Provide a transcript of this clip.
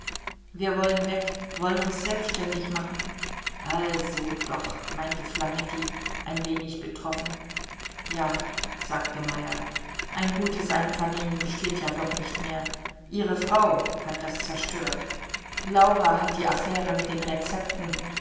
wir wollen weg wollen uns selbständig machen also doch meinte flametti ein wenig betroffen ja sagte meyer ein gutes einvernehmen besteht ja doch nicht mehr ihre frau hat das zerstört laura hat die affäre mit den rezepten